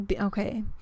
okay